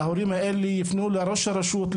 ההורים האלה יפנו לראש הרשות,